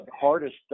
hardest